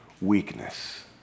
weakness